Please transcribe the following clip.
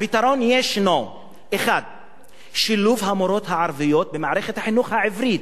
הפתרון ישנו: 1. שילוב המורות הערביות במערכת החינוך העברית.